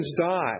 die